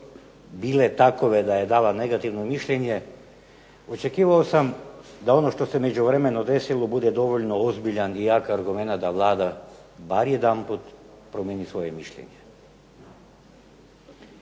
bile takve da je dala negativno mišljenje očekivao sam da ono što se u međuvremenu desilo bude dovoljno ozbiljan i jak argument da Vlada bar jedanput promijeni svoje mišljenje.